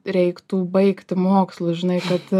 reiktų baigti mokslus žinai kad